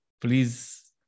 Please